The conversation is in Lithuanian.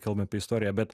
kalbam apie istoriją bet